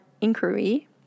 inquiry